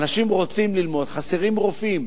אנשים רוצים ללמוד, וחסרים רופאים.